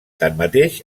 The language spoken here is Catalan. tanmateix